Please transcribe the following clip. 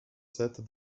set